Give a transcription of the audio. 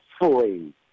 free